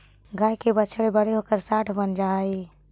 गाय के बछड़े बड़े होकर साँड बन जा हई